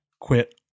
quit